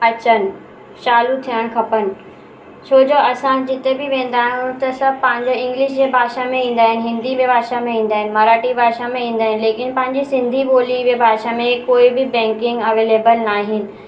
अचनि चालू थियणु खपनि छोजो असां जिते बि वेंदा आहियूं त सभु पंहिंजे इंग्लिश जे भाषा में ईंदा आहिनि हिंदी भाषा में ईंदा आहिनि मराठी भाषा में ईंदा आहिनि लेकिन पंहिंजे सिंधी ॿोली जे भाषा में कोई बि बैंकिंग अवेलेबल न आहिनि